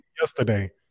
yesterday